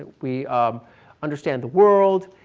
we understand the world.